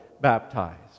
baptized